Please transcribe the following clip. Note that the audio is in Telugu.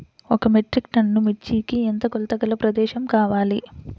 ఒక మెట్రిక్ టన్ను మిర్చికి ఎంత కొలతగల ప్రదేశము కావాలీ?